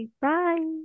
Bye